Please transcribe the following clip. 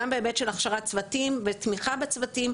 גם בהיבט של הכשרת צוותים ותמיכה בצוותים,